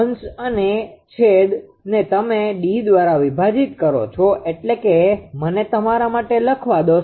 અંશ અને છેદને તમે D દ્વારા વિભાજિત કરો છો એટલે કે મને તમારા માટે લખવા દો